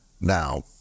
Now